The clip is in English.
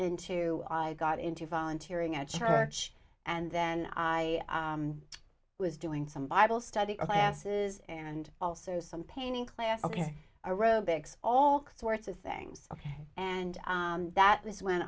into i got into volunteering at church and then i was doing some bible study classes and also some painting class ok aerobics all sorts of things ok and that was when